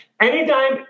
Anytime